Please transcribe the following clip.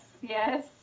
yes